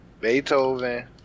Beethoven